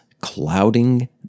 clouding